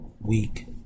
week